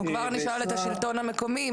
אנחנו כבר נשאל את השלטון המקומי האם